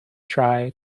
try